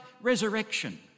resurrection